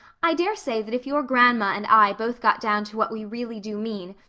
i daresay that if your grandma and i both got down to what we really do mean,